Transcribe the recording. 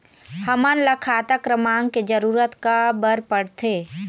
हमन ला खाता क्रमांक के जरूरत का बर पड़थे?